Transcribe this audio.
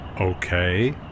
okay